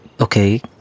Okay